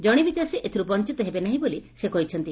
ଜଣେ ବି ଚାଷୀ ଏଥିର୍ ବଞ୍ଚତ ହେବେ ନାହିଁ ବୋଲି ସେ କହିଛନ୍ତି